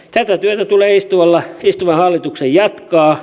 tätä työtä tulee istuvan hallituksen jatkaa